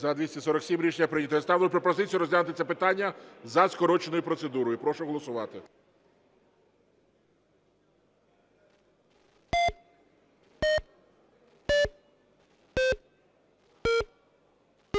За-247 Рішення прийнято. Я ставлю пропозицію розглянути це питання за скороченою процедурою. Прошу голосувати.